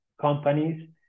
companies